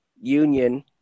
union